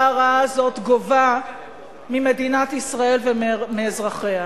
הרעה הזאת גובה ממדינת ישראל ומאזרחיה.